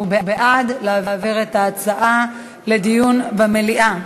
הוא בעד להעביר את הנושא לדיון במליאה.